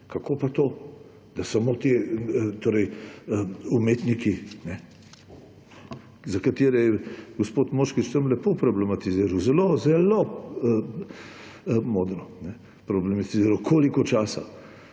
Kako pa to, da samo umetnikom? Za katere je gospod Moškrič tamle lepo problematiziral, zelo modro problematiziral, koliko časa.